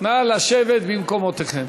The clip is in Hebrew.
נא לשבת במקומותיכם.